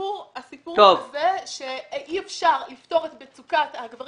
הסיפור הזה שאי אפשר לפתור את מצוקת הגברים